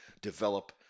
develop